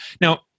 Now